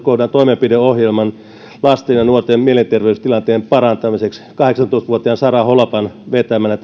kohdan toimenpideohjelman lasten ja nuorten mielenterveystilanteen parantamiseksi ja tämä työryhmä toimi kahdeksantoista vuotiaan sara holapan vetämänä